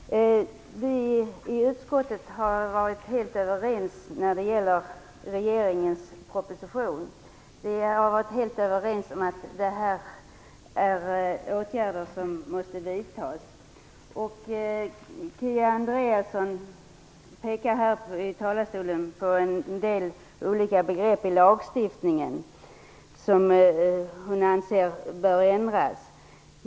Herr talman! Vi i utskottet har varit helt överens när det gäller regeringens proposition. Vi har varit helt överens om de åtgärder som måste vidtas. Kia Andreasson pekade här i talarstolen på en del olika begrepp i lagstiftningen som hon anser bör ändras.